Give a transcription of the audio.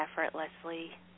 effortlessly